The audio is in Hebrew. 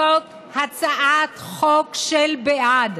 זאת הצעת חוק של בעד.